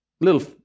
little